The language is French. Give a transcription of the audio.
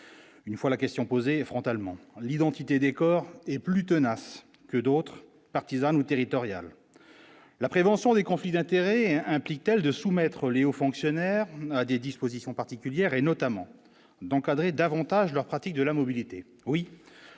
une fois la question posée frontalement l'identité des corps et plus tenace que d'autres partisane territoriale, la prévention des conflits d'intérêts et implique-t-elle de soumettre liés aux fonctionnaires des dispositions particulières et notamment d'encadrer davantage leur pratique de la mobilité,